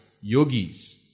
yogis